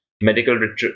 medical